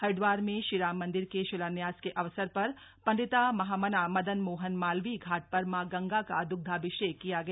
हरिद्वार में श्रीराम मन्दिर के शिलान्यास के अवसर पर पंडिता महामना मदन मोहन मालवीय घाट पर मां गंगा का द्रग्धाभिषेक किया गया